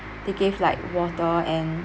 they gave like water and